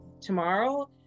tomorrow